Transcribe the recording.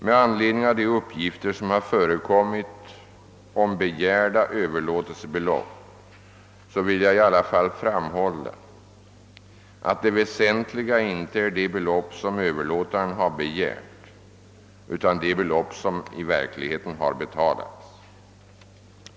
Med anledning av de uppgifter som har förekommit om begärda överlåtelsebelopp vill jag emellertid framhålla, att det väsentliga inte är de belopp som överlåtaren begärt utan de belopp som betalats.